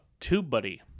TubeBuddy